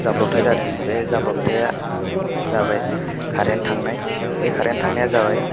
जाब्र'बथाइ जादों बे जाब्र'बथाइआ जाबाय खारेन थांनाय बे खारेन थांनाया जाबाय